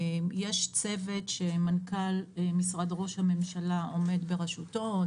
יש צוות שמנכ"ל משרד ראש הממשלה עומד בראשותו.